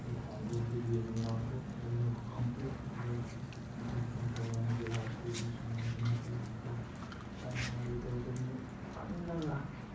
ꯑꯗꯨ ꯄꯥꯔꯨꯕꯗꯒꯤ ꯅꯨꯡꯗꯥꯡ ꯆꯨꯞꯄ ꯑꯩꯗꯣ ꯈꯪꯄ꯭ꯔꯦꯛ ꯈꯪꯂꯒ ꯑꯗꯨꯒꯨꯝꯕ ꯇꯧꯔꯝꯒꯦꯔꯥ ꯑꯩꯈꯣꯏ ꯌꯨꯝꯗꯁꯨ ꯉꯥꯏꯔꯦ ꯇꯧꯔꯝꯒꯦꯔꯥ ꯍꯥꯏꯅ ꯋꯥꯔꯤꯗꯣ ꯑꯗꯨꯒꯨꯝꯕ ꯈꯜꯂꯒ